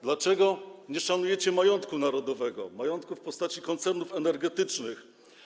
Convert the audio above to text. Dlaczego nie szanujecie majątku narodowego, majątku w postaci koncernów energetycznych?